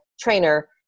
trainer